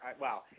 wow